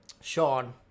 Sean